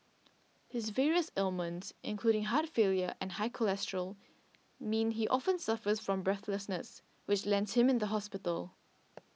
his various ailments including heart failure and high cholesterol mean he often suffers from breathlessness which lands him in the hospital